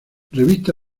revista